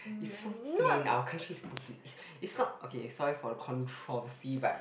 is so plain our country is stupid it's not okay sorry for the controversy but